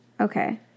Okay